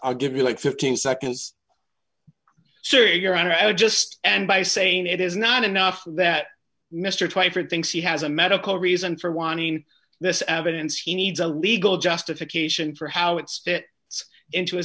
i'll give you like fifteen seconds siri your honor i would just end by saying it is not enough that mr twyford thinks he has a medical reason for wanting this evidence he needs a legal justification for how it spit into